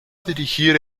dirigir